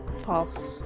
False